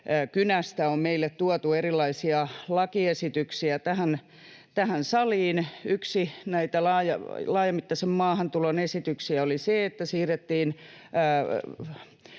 kynästä on meille tuotu erilaisia lakiesityksiä tähän saliin. Yksi näitä laajamittaisen maahantulon esityksiä oli se, että siirrettiin